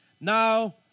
Now